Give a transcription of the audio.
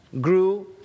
grew